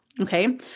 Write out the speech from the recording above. okay